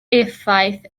effaith